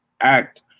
act